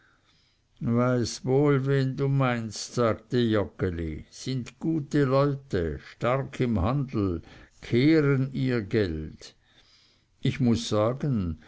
weiß wohl wen du meinst sagte joggeli sind gute leute stark im handel kehren ihr geld ich muß sagen